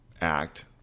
act